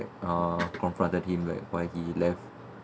uh confronted him like why he left